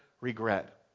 regret